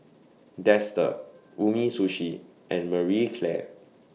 Dester Umisushi and Marie Claire